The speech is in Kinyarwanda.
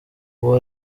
uwo